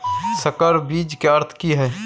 संकर बीज के अर्थ की हैय?